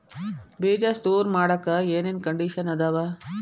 ಬೇಜ ಸ್ಟೋರ್ ಮಾಡಾಕ್ ಏನೇನ್ ಕಂಡಿಷನ್ ಅದಾವ?